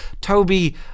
Toby